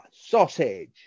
sausage